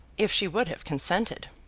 if she would have consented.